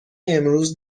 امروز